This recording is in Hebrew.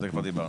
זה כבר דיברנו.